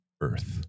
Earth